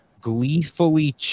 gleefully